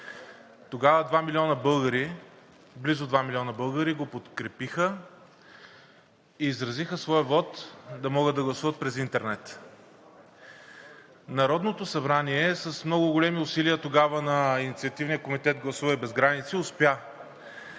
българи, близо 2 милиона българи го подкрепиха и изразиха своя вот да могат да гласуват през интернет. Народното събрание, с много големи усилия тогава на Инициативния комитет „Гласувай без граници“, успя